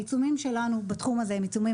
העיצומים שלנו בתחום הזה הם עיצומים